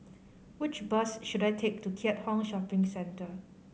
which bus should I take to Keat Hong Shopping Centre